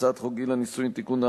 הצעת חוק גיל הנישואין (תיקון,